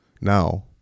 now